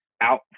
out